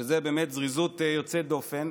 שזו באמת זריזות יוצא דופן,